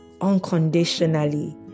unconditionally